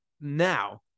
now